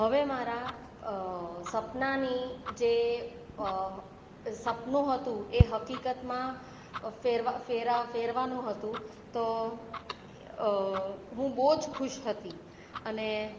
હવે મારા સપનાની જે સપનું હતું એ હકીકતમાં ફેરવાવાનું હતું તો હું બહુ જ ખુશ હતી અને